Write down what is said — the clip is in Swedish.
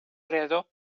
redo